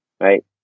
right